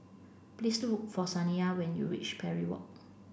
please look for Saniya when you reach Parry Walk